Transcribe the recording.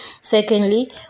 Secondly